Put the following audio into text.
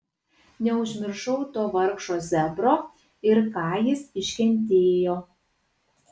neužmiršau to vargšo zebro ir ką jis iškentėjo